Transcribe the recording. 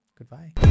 Goodbye